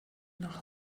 nach